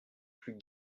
plus